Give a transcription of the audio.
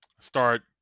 Start